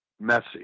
messy